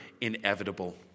inevitable